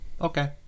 Okay